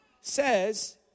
Says